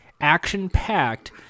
action-packed